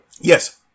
Yes